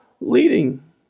leading